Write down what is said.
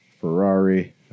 Ferrari